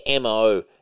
MO